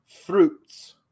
Fruits